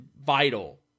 vital